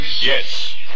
Yes